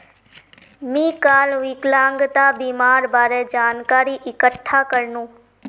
मी काल विकलांगता बीमार बारे जानकारी इकठ्ठा करनु